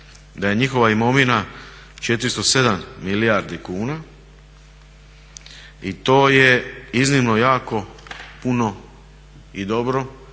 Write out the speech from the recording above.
da je njihova imovina 407 milijardi kuna i to je iznimno jako puno i dobro,